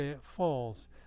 falls